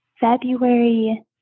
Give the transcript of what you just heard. February